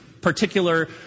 particular